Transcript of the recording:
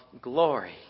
glory